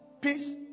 peace